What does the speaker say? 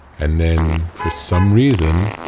and then for some reason,